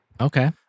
Okay